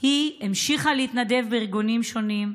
היא המשיכה להתנדב בארגונים שונים,